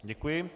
Děkuji.